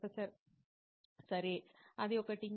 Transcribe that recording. professor సరే అది ఒకటి